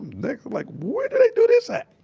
naked, like, where do they do this